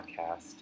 podcast